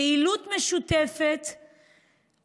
פעילות משותפת,